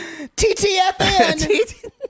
TTFN